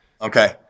Okay